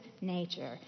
nature